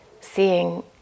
seeing